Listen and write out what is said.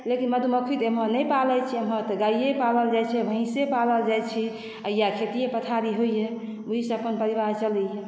लेकिन मधुमक्खी तऽ इमहर नहि पालै छै हँ तऽ गाये पालल जाइ छै भैंषे पालल जाय छै या खेतीये पथारी होइए ओहिसँ अपन परिवार चलैया